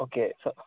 okay so